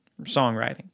songwriting